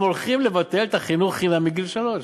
הם הולכים לבטל את החינוך חינם מגיל שלוש.